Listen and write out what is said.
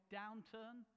downturn